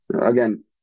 Again